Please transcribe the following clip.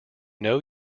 know